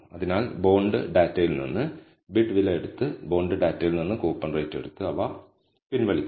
അതിനാൽ ബോണ്ട് ഡാറ്റയിൽ നിന്ന് ബിഡ് വില എടുത്ത് ബോണ്ട് ഡാറ്റയിൽ നിന്ന് കൂപ്പൺ റേറ്റ്എടുത്ത് അവ പിൻവലിക്കുക